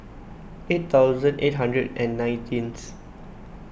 eight thousand eight hundred and nineteenth